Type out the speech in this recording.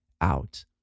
out